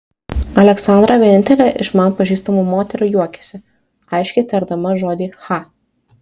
aleksandra vienintelė iš man pažįstamų moterų juokiasi aiškiai tardama žodį cha